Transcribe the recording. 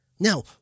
Now